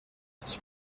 its